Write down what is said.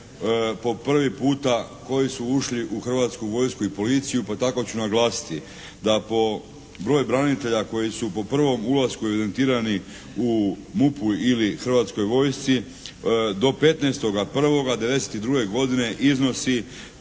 po prvi puta koji su ušli u Hrvatsku vojsku i policiju. Pa tako ću naglasiti da po broju branitelja koji su po prvom ulasku evidentirani u MUP-u ili Hrvatskoj vojsci do 15.1.1992. godine iznosi